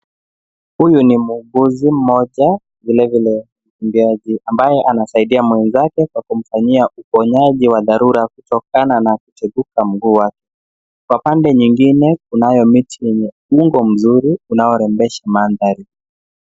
Huyu ni muuguzi mmoja, vile vile mkimbiaji ambaye anasaidia mwenzake kwa kumfanyia uponyaji wa dharura kutokana na kuteguka mguu wake. Kwa pande nyingine kunayo miti yenye umbo mzuri unaorembesha mandhari.